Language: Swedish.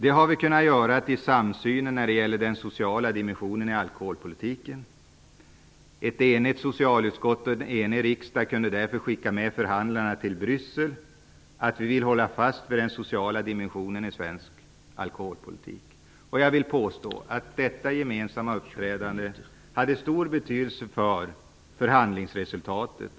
Vi har kunnat göra det i en samsyn om den sociala dimensionen i alkoholpolitiken. Ett enigt socialutskott och en enig riksdag kunde därför skicka med till förhandlarna i Bryssel att vi vill hålla fast vid den sociala dimensionen i svensk alkoholpolitik. Jag vill påstå att detta gemensamma uppträdande hade stor betydelse för förhandlingsresultatet.